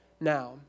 now